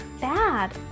bad